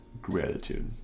gratitude